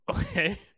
Okay